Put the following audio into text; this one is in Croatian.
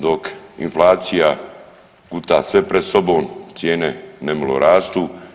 Dok inflacija guta sve pred sobom, cijene nemilo rastu.